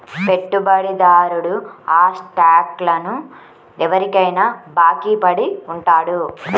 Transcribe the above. పెట్టుబడిదారుడు ఆ స్టాక్లను ఎవరికైనా బాకీ పడి ఉంటాడు